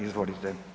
Izvolite.